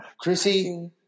Chrissy